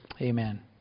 Amen